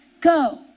Go